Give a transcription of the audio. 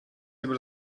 über